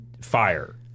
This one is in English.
fire